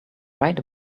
right